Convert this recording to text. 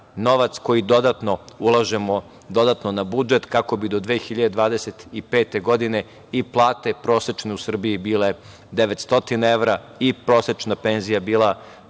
Novac koji dodatno ulažemo na budžet, kako bi do 2025. godine i plate prosečne u Srbiji bile 900 evra i prosečna penzija bila